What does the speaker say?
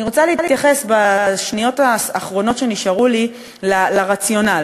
אני רוצה להתייחס בשניות האחרונות שנשארו לי לרציונל,